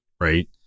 Right